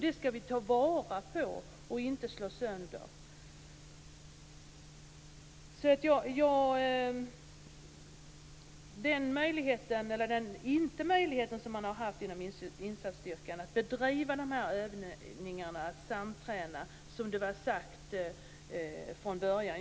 Det skall vi ta vara på och inte slå sönder. Insatsstyrkan har haft bristande möjligheter att bedriva samträningsövningar på det sätt som var sagt från början.